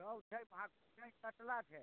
रोहु छै भाकुर छै कतला छै